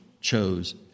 chose